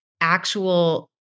actual